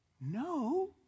No